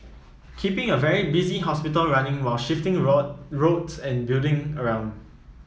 keeping a very busy hospital running while shifting road roads and building around